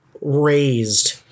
raised